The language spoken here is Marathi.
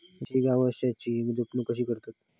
देशी गोवंशाची जपणूक कशी करतत?